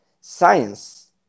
science